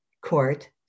court